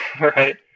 right